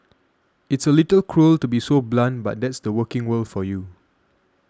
it's a little cruel to be so blunt but that's the working world for you